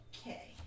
Okay